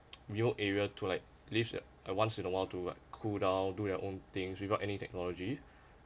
new area to like leave a once in a while to cool down do their own things without any technology